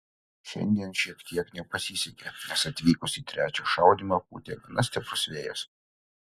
šiandien šiek tiek nepasisekė nes atvykus į trečią šaudymą pūtė gana stiprus vėjas